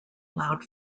allowed